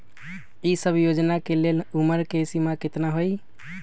ई सब योजना के लेल उमर के सीमा केतना हई?